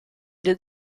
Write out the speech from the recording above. den